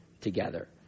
together